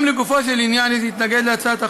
גם לגופו של עניין יש להתנגד להצעת החוק,